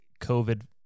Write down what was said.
COVID